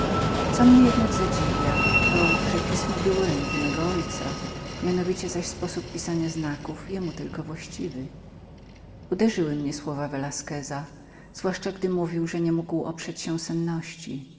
co mnie jednak zadziwia jest to że pismo było ręki mego ojca mianowicie zaś sposób pisania znaków jemu tylko właściwy uderzyły mnie słowa velasqueza zwłaszcza gdy mówił że nie mógł